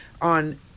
on